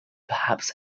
perhaps